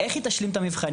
איך היא תשלים את המבחנים?